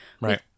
right